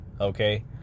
okay